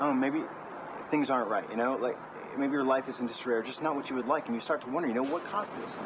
um maybe things aren't right, you know like maybe your life is in disarray. or just not what you would like and you start to wonder you know what caused this.